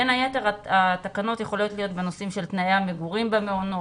בין היתר התקנות יכולות להיות בנושאים של תנאי המגורים במעונות,